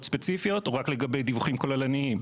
ספציפיות או רק לגבי דיווחים כוללניים?